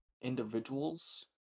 individuals